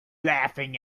laughing